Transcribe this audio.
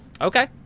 okay